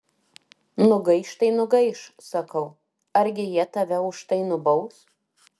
nugaiš tai nugaiš sakau argi jie tave už tai nubaus